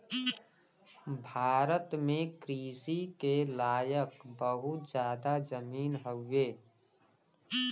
भारत में कृषि के लायक बहुत जादा जमीन हउवे